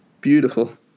beautiful